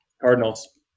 Cardinals